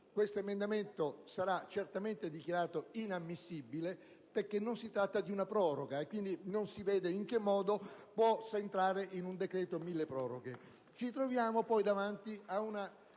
milleproroghe, che sarà certamente dichiarato inammissibile perché non si tratta di una proroga, quindi non si vede in che modo possa modificare un decreto milleproroghe. Ci troviamo poi davanti ad una